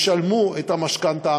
ישלמו את המשכנתה.